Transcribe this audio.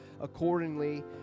accordingly